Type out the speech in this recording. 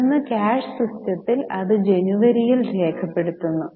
തുടർന്ന് ക്യാഷ് സിസ്റ്റത്തിൽ ഇത് ജനുവരിയിൽ രേഖപ്പെടുത്തുന്നു